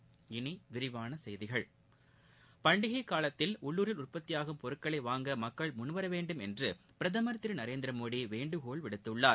இனி விரிவான செய்திகள் பண்டிகை காலத்தில் உள்ளூரில் உற்பத்தியாகும் பொருட்களை வாங்க மக்கள் முன்வர வேண்டும் என்று பிரதமர் திரு நரேந்திர மோடி வேண்டுகோள் விடுத்துள்ளார்